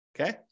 Okay